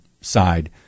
side